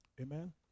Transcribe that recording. amen